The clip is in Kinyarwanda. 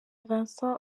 vincent